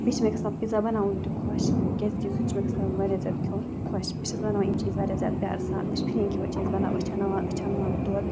بیٚیہِ چھِ مےٚ گژھان پیٖزا بَناوُن تہِ خۄش کیٛازِکہِ سُہ تہِ چھِ مےٚ گژھان واریاہ زیادٕ کھیوٚن خۄش بہٕ چھَس بَناوان یِم چیٖز واریاہ زیادٕ پیار سان وٕچھ پھِریٖن کِتھ پٲٹھۍ چھِ أسۍ بَناوان أسۍ چھِ اَنناوان أسۍ چھِ اَنہٕ ناوان دۄد